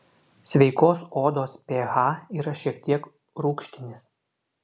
sveikos odos ph yra šiek tiek rūgštinis